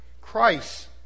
Christ